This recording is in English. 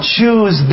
Choose